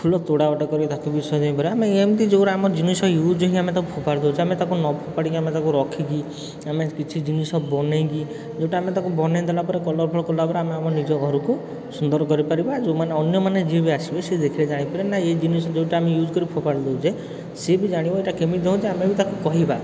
ଫୁଲତୋଡ଼ା ଗୋଟେ କରି ତାକୁ ବି ସଜେଇ ପାରିବା ଆମେ ଏମିତି ଯେଉଁଗୁଡ଼ାକ ଆମେ ଜିନିଷ ୟୁଜ୍ ହେଇ ଆମେ ତାକୁ ଫୋପାଡ଼ି ଦେଉଛେ ଆମେ ତାକୁ ନ ଫୋପାଡ଼ି ଆମେ ତାକୁ ରଖିକି ଆମେ କିଛି ଜିନିଷ ବନେଇକି ଯେଉଁଟା ଆମେ ତାକୁ ବନେଇ ଦେଲା ପରେ କଲର୍ଫଲର କଲାପରେ ଆମେ ଆମ ନିଜ ଘରକୁ ସୁନ୍ଦର କରିପାରିବା ଯେଉଁମାନେ ଅନ୍ୟମାନେ ଯିଏବି ଆସିବେ ଦେଖିଲେ ଜାଣିପାରିବେ ଯେ ଏଇ ଜିନିଷ ଯେଉଁଟା ଆମେ ୟୁଜ୍ କରିକି ଫୋପାଡ଼ି ଦେଉଛେ ସେ ବି ଜାଣିବ ଏଇଟା କେମିତି ହୁଏ ଆମେ ବି ତାକୁ କହିବା